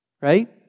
Right